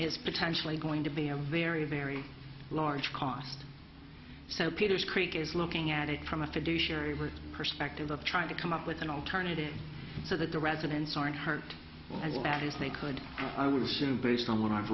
is potentially going to be a very very large cost so peters creek is looking at it from a fiduciary with perspective of trying to come up with an alternative so that the residents aren't hurt as well as they could i would assume based on what i've